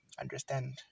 understand